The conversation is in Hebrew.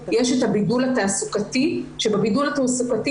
יש את הבידול התעסוקתי שבבידול התעסוקתי